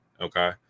Okay